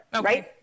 Right